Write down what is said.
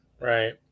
Right